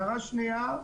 הערה שנייה,